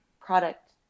product